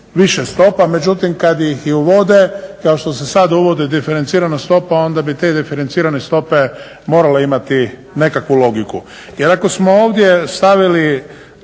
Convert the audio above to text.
više stopa, međutim kad ih uvode kao što se sad uvodi diferencirana stopa onda bi te diferencirane stope morale imati nekakvu logiku. Jer ako smo ovdje stavili